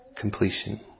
completion